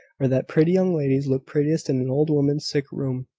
or that pretty young ladies look prettiest in an old woman's sick-room,